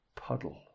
puddle